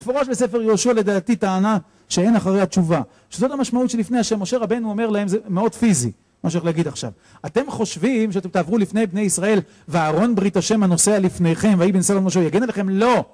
תפורש בספר יהושע לדעתי טענה שאין אחריה תשובה שזאת המשמעות שלפני השם משה רבנו אומר להם זה מאוד פיזי מה שאני הולך להגיד עכשיו אתם חושבים שאתם תעברו לפני בני ישראל והארון ברית השם הנוסע לפניכם, ויהי בנסוע.. יגן עליכם? לא!